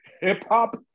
Hip-hop